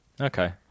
Okay